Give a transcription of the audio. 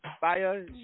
fire